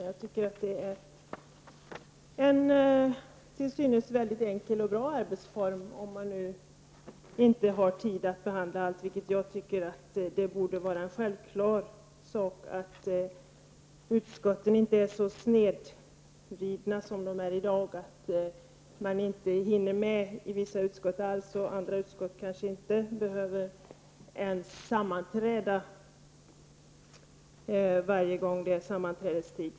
Jag anser att detta är en till synes mycket enkel och bra arbetsform, om utskottet nu inte har tid att behandla alla frågor. Jag anser att det borde vara självklart att arbetsbelastningen för utskotten inte är så snedvriden som den är i dag, när man i vissa utskott inte hinner med alls, medan andra utskott kanske inte ens behöver sammanträda varje gång det är sammanträdestid.